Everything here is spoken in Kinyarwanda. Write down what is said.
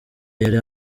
yari